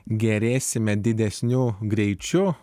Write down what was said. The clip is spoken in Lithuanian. gerėsime didesniu greičiu